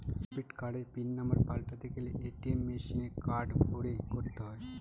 debit কার্ডের pin number পাল্টাতে গেলে এ.টি.এম মেশিনে কার্ড ভোরে করতে হয়